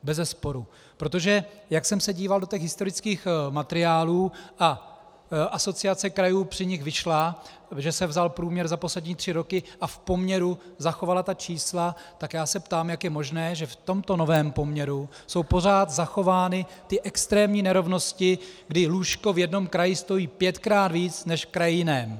Bezesporu, protože jak jsem se díval do historických materiálů a Asociace krajů z nich vyšla, že se vzal průměr za poslední tři roky a v poměru se zachovala ta čísla, tak já se ptám, jak je možné, že v tomto novém poměru jsou pořád zachovány extrémní nerovnosti, kdy lůžko v jednom kraji stojí pětkrát víc než v kraji jiném.